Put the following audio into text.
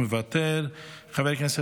מוותר,